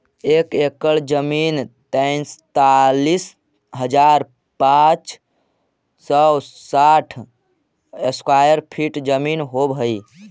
एक एकड़ जमीन तैंतालीस हजार पांच सौ साठ स्क्वायर फीट जमीन होव हई